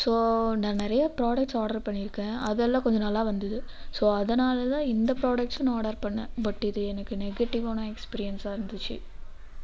so நான் நிறைய products order பண்ணியிருக்கேன் அதெல்லாம் கொஞ்சம் நல்லா வந்தது ஸோ அதனால் தான் இந்த ப்ராடக்ட்ஸும் நான் ஆர்டர் பண்ணேன் பட் எனக்கு நெகட்டிவான எக்ஸ்பீரியன்ஸாக இருந்துச்சு